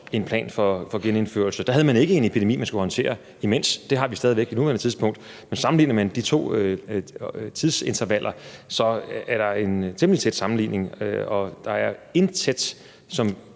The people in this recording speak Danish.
en plan for genindførelse. Der havde man ikke en epidemi, man skulle håndtere imens – det har vi stadig væk på nuværende tidspunkt. Men sammenlignet med de to tidsintervaller, er der en temmelig tæt lighed, og der er intet i